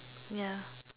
ya